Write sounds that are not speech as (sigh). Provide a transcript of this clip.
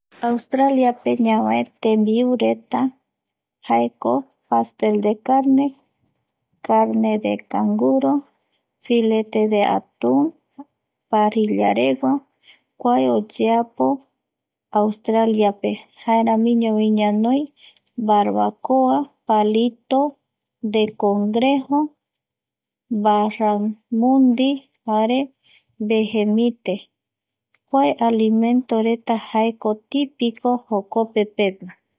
Australiape (noise) ñavae tembiureta, jaeko, (noise) pastel de carne, (noise) carne de canguro, (noise) filete de atun, parrillaregua, (noise) kua oyeapo Australiape, jaeramiñovi (noise) ñanoi barbacoa, palito (noise) de congrejo barracundi (noise) jare de jemite (noise) kua alimentoreta (noise) jaeko típico jokopepe